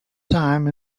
time